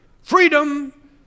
freedom